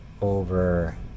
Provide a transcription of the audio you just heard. over